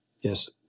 Yes